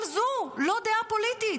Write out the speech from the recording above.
גם זו לא דעה פוליטית,